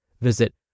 Visit